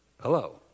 Hello